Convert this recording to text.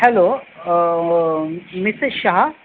hello Mrs Shah